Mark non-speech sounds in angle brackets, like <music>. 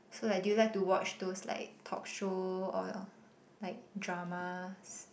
so like do you like to watch those like talk show or <breath> like dramas